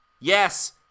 Yes